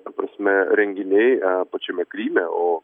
ta prasme renginiai pačiame kryme o